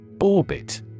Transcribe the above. Orbit